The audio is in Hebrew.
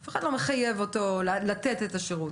אף אחד לא מחייב אותו לתת את השירות,